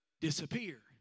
disappear